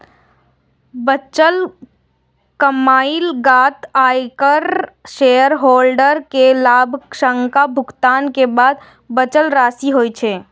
बचल कमाइ लागत, आयकर, शेयरहोल्डर कें लाभांशक भुगतान के बाद बचल राशि होइ छै